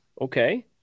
Okay